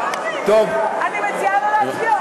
אני מציעה לו להצביע.